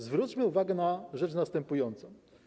Zwróćmy uwagę na rzecz następującą.